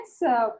yes